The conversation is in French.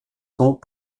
sont